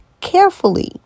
carefully